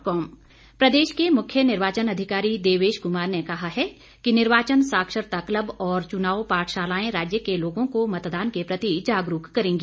देवेश कुमार प्रदेश के मुख्य निर्वाचन अधिकारी देवेश कुमार ने कहा है कि निर्वाचन साक्षरता क्लब और चुनाव पाठशालाएं राज्य के लोगों को मतदान के प्रति जागरूक करेंगी